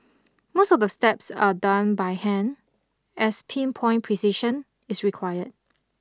most of the steps are done by hand as pin point precision is required